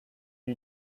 you